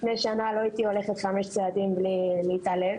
לפני שנה לא יכולתי ללכת חמישה צעדים בלי להתעלף,